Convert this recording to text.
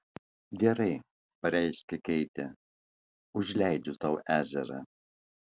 gerai pareiškė keitė užleidžiu tau ežerą